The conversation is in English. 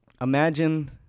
imagine